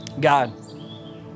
God